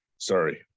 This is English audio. sorry